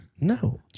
No